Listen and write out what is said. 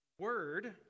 word